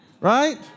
right